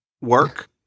work